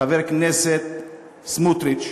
חבר הכנסת סמוטריץ,